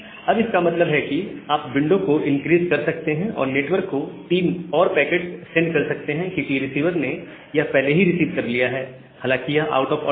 अब इसका मतलब है आप विंडो को इनक्रीस कर सकते हैं और नेटवर्क को 3 और पैकेट्स सेंड कर सकते हैं क्योंकि रिसीवर ने यह पहले ही रिसीव कर लिया है हालांकि यह आउट ऑफ ऑर्डर है